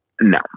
No